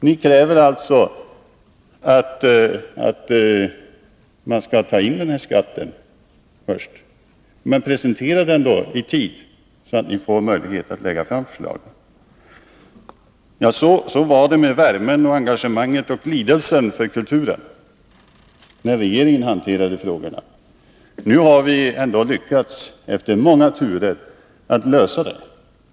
Ni kräver alltså att skatt skall tas in, men presentera då förslaget i tid. Så var det med värmen, engagemanget och lidelsen när regeringen hanterade kulturfrågorna. Efter många turer har vi ändå lyckats komma fram till en lösning.